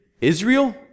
Israel